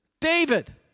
David